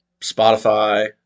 Spotify